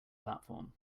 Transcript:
platform